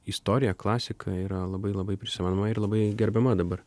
istorija klasika yra labai labai prisimenama ir labai gerbiama dabar